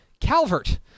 Calvert